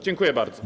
Dziękuję bardzo.